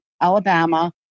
Alabama